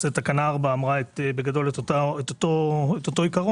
תקנה 4 אמרה בגדול את אותו עיקרון,